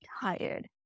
tired